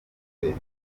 bimuha